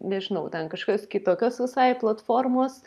nežinau ten kažkokios kitokios visai platformos